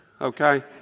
okay